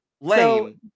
Lame